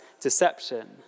deception